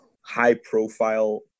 high-profile